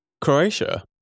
Croatia